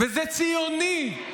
וזה ציוני,